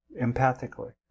empathically